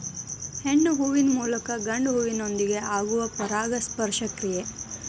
ಹೆಣ್ಣು ಹೂವಿನ ಮೂಲಕ ಗಂಡು ಹೂವಿನೊಂದಿಗೆ ಆಗುವ ಪರಾಗಸ್ಪರ್ಶ ಕ್ರಿಯೆ